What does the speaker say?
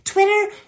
Twitter